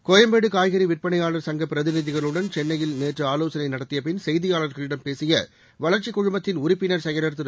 கோயம்பேடு காய்கறி விற்பனையாளர் சங்க பிரதிநிதிகளுடன் சென்னயில் நேற்று ஆலோசனை நடத்திய பின் செய்தியாளர்களிடம் பேசிய வளர்ச்சிக் குழுமத்தின் உறுப்பினர் செயலர் திரு